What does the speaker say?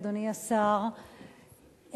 אדוני השר,